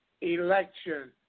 election